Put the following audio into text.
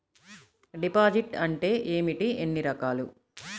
Deposit అంటే ఏమిటీ ఎన్ని రకాలు?